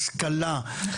השכלה,